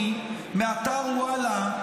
והידיעה השנייה, אדוני, מאתר וואלה,